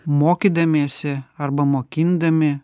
mokydamiesi arba mokindami